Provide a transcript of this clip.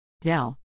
Dell